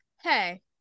hey